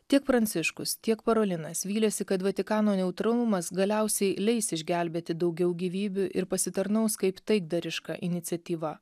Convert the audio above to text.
tiek pranciškus tiek parolinas vylėsi kad vatikano neutralumas galiausiai leis išgelbėti daugiau gyvybių ir pasitarnaus kaip taikdariška iniciatyva